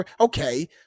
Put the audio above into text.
Okay